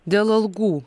dėl algų